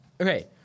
Okay